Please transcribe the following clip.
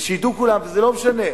ושידעו כולם, וזה לא משנה,